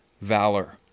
valor